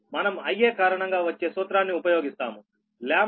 మనం Ia కారణంగా వచ్చే సూత్రాన్ని ఉపయోగిస్తాము